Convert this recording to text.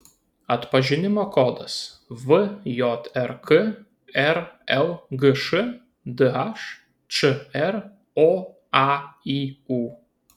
atpažinimo kodas vjrk rlgš dhčr oaiu